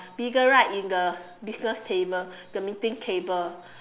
bigger right in the business table the meeting table